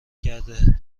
کرده